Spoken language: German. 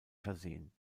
versehen